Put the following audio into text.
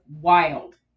wild